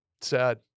Sad